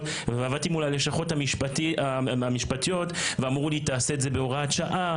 ועבדתי מול הלשכות המשפטיות ואמרו לי תעשה את זה בהוראת שעה